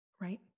Right